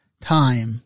time